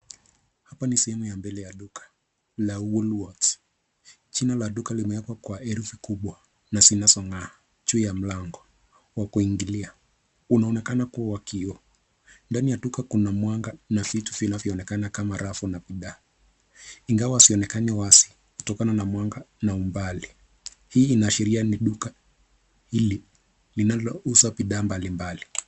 Hapa ni sehemu ya mbele ya duka la Wool worths. Jina la duka limewekwa kwa herufi kubwa na zinazong'aa juu ya mlango wa kuingilia. Unaonakana kuwa wa kioo. Ndani ya duka kuna mwanga na vitu vinavyoonekana kama rafu na bidhaa. Ingawa hazionekani wazi kutokana na mwanga na umbali. Hii inaashiria ni duka hili linalouza didhaa mbalimbali.